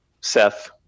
Seth